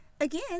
Again